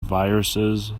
viruses